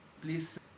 please